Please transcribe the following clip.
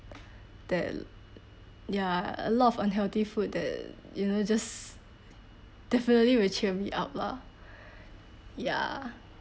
that ya a lot of unhealthy food that you know just definitely will cheer me up lah ya